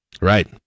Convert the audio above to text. right